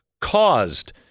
caused